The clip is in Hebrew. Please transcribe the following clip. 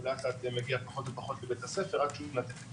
הוא לאט לאט מגיע פחות ופחות לבית-הספר עד שהוא נושר.